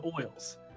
oils